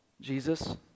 Jesus